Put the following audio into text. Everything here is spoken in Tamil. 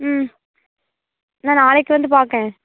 ம் நான் நாளைக்கு வந்து பார்க்கேன்